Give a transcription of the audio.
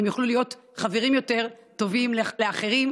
הם יוכלו להיות חברים יותר טובים לאחרים.